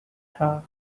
her